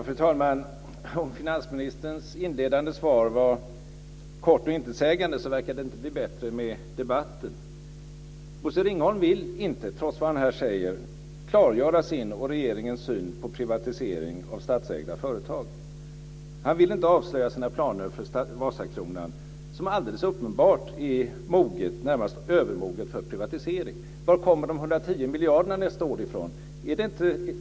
Fru talman! Finansministerns inledande svar var kort och intetsägande, och inte verkar det bli bättre med debatten. Bosse Ringholm vill inte, trots vad han här säger, klargöra sin och regeringens syn på privatisering av statsägda företag. Han vill inte avslöja sina planer för Vasakronan, som alldeles uppenbart är moget - ja, närmast övermoget - för privatisering. Varifrån kommer de 110 miljarderna nästa år?